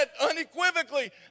unequivocally